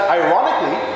ironically